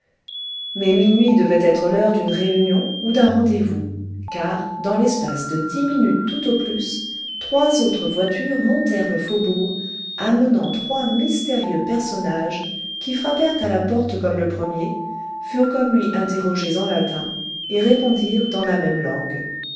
mais minuit devait être l'heure d'une réunion ou d'un rendez-vous car dans l'espace de dix minutes tout au plus trois autres voitures montèrent le faubourg amenant trois mystérieux personnages qui frappèrent à la porte comme le premier furent comme lui interrogés en latin et répondirent dans la même langue